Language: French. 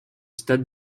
stade